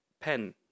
Pen